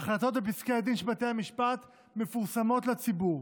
ההחלטות בפסקי הדין של בתי המשפט מפורסמות לציבור.